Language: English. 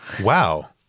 wow